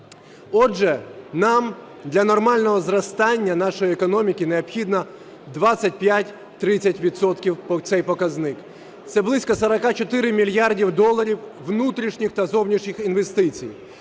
Отже, нам для нормального зростання нашої економіки необхідно 25-30 відсотків цей показник, це близько 44 мільярдів доларів внутрішніх та зовнішніх інвестицій.